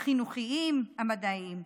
החינוכיים, המדעיים.